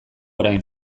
orain